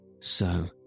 So